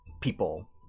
people